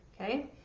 Okay